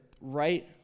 right